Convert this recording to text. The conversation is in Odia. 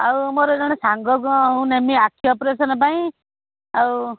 ଆଉ ମୋର ଜଣେ ସାଙ୍ଗଙ୍କୁ ମୁଁ ନେମି ଆଖି ଅପରେସନ୍ ପାଇଁ ଆଉ